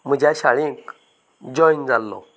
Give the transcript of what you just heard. म्हज्या शाळेंत जॉयन जाल्लो